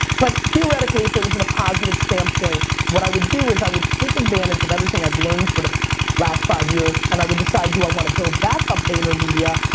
but, theoretically, if it was in a positive standpoint, what i would do is i would take advantage of everything i've learned for the last five years, and i would decide, do i want to build back up vaynermedia,